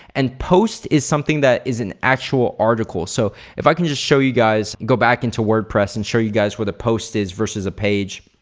and post is something that is an actual article. so, if i can just show you guys, go back into wordpress and show you guys where the post is versus a page.